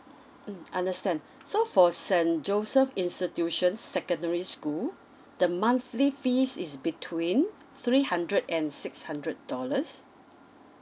mm understand so for saint joseph institution secondary school the monthly fees is between three hundred and six hundred dollars